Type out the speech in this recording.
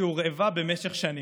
שהורעבה במשך שנים.